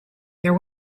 there